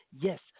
Yes